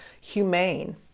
humane